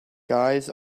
guys